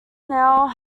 snail